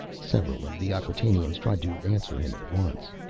several of the acquatainians tried to answer him at once.